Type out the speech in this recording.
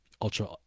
ultra